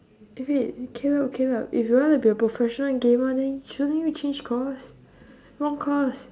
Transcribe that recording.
eh wait you cannot cannot if you wanna be a professional gamer then shouldn't you change course wrong course